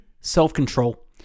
self-control